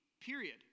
period